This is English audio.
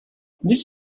this